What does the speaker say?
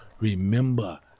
remember